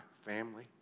family